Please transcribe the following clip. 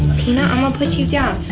peanut i'ma put you down.